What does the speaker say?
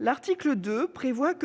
l'article 2,